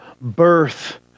birth